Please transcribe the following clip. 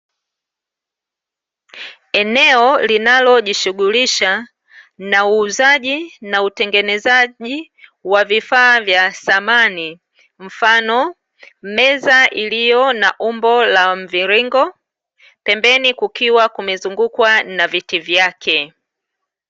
Eneo linalojishughulisha na uuzaji na utengenezaji wa vifaa vya samani, mfano meza iliyo na umbo la mviringo pembeni kukiwa kumezungukwa na viti vyake.